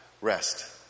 rest